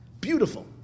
Beautiful